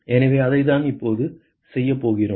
எனவே அதைத்தான் இப்போது செய்யப் போகிறோம்